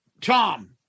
Tom